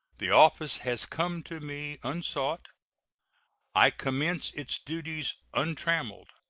the office has come to me unsought i commence its duties untrammeled.